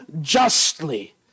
justly